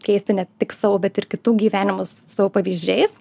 keisti ne tik savo bet ir kitų gyvenimus savo pavyzdžiais